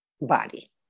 body